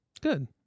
good